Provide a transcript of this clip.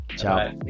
Ciao